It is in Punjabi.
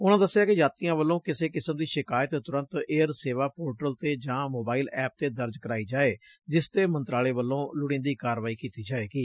ਉਨਾਂ ਦਸਿਐ ਕਿ ਯਾਤਰੀਆਂ ਵੱਲੋਂ ਕਿਸੇ ਕਿਸਮ ਦੀ ਸ਼ਿਕਾਇਤ ਝੂਰੰਤ ਏਅਰ ਸੇਵਾ ਪੋਰਟਲ ਤੇ ਜਾਂ ਮੋਬਾਇਲ ਐਪ ਤੇ ਦਰਜ ਕਰਾਈ ਜਾਏ ਜਿਸ ਤੇ ਮੰਤਰਾਲੇ ਵਲੋ ਲੁੜੀਂਦੀ ਕਾਰਵਾਈ ਕੀਤੀ ਜਾਏਗੀ